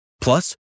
Plus